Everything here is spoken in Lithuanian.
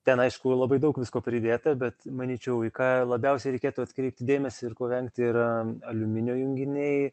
ten aišku labai daug visko pridėta bet manyčiau į ką labiausiai reikėtų atkreipti dėmesį ir ko vengti yra aliuminio junginiai